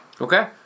Okay